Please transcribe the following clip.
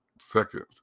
seconds